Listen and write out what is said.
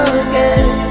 again